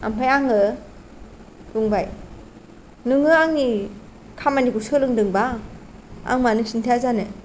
ओमफाय आङो बुंबाय नोङो आंनि खामानिखौ सोलोंदोंबा आं मानो खोन्थाया जानो